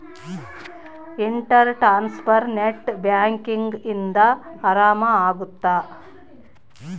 inter transfer net banking ಇಂದ ಆರಾಮ ಅಗುತ್ತ